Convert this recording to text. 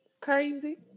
Crazy